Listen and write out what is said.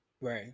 right